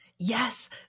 Yes